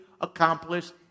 accomplished